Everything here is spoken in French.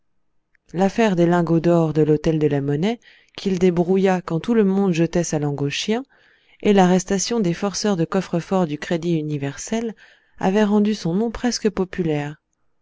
l'affaire des lingots d'or de l'hôtel de la monnaie qu'il débrouilla quand tout le monde jetait sa langue aux chiens et l'arrestation des forceurs de coffres-forts du crédit universel avaient rendu son nom presque populaire